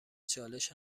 چالش